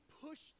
Push